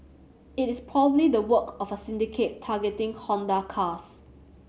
it is probably the work of a syndicate targeting Honda cars